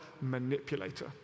manipulator